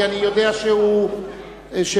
אני יודע שהוא המתין,